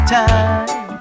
time